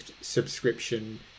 subscription